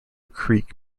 creek